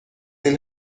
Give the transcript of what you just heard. این